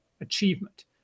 achievement